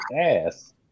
ass